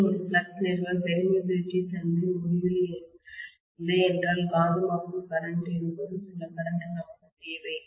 கோரில் ஒரு ஃப்ளக்ஸ் நிறுவ பெர்மியபிலில்டிஊடுருவு தன்மை முடிவிலி இல்லையென்றால் காந்தமாக்கும் கரண்ட் எனப்படும் சில கரண்ட் நமக்குத் தேவை